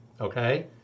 Okay